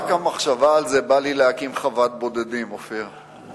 רק מהמחשבה על זה בא לי להקים חוות בודדים, אופיר.